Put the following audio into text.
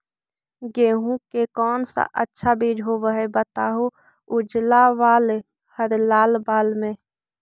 गेहूं के कौन सा अच्छा बीज होव है बताहू, उजला बाल हरलाल बाल में?